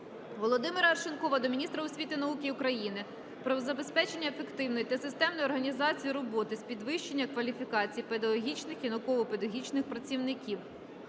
Володимира Арешонкова до міністра освіти і науки України про забезпечення ефективної та системної організації роботи з підвищення кваліфікації педагогічних і науково-педагогічних працівників.